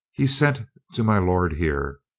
he sent to my lord here.